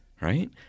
Right